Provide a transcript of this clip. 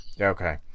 Okay